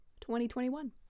2021